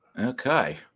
Okay